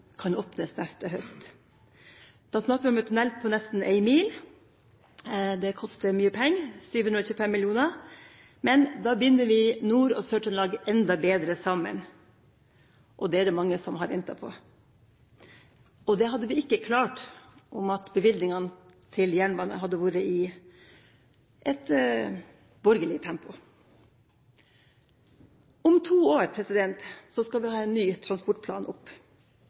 kan åpnes neste høst. Da snakker vi om en tunnel på nesten en mil. Det koster mye penger – 725 mill. kr. Men da binder vi Nord- og Sør-Trøndelag enda bedre sammen, og det er det mange som har ventet på. Det hadde vi ikke klart om bevilgningene til jernbanen hadde kommet i et borgerlig tempo. Om to år skal vi ha en ny transportplan opp.